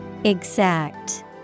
exact